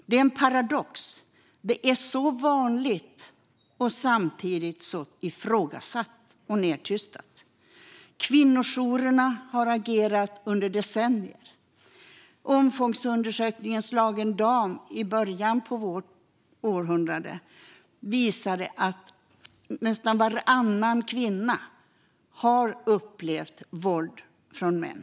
Det är en paradox: Det är så vanligt och samtidigt så ifrågasatt och nedtystat. Kvinnojourerna har agerat under decennier. Omfångsundersökningen Slagen dam i början av vårt århundrade visade att nästan varannan kvinna hade upplevt våld från män.